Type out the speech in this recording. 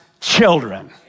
children